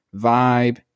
Vibe